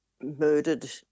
murdered